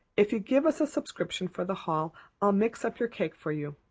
if you'll give us a subscription for the hall i'll mix up your cake for you